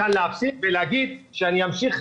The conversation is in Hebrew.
לכן ניתן להגיד שאני אמשיך.